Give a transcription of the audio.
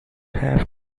have